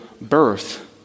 birth